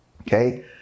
Okay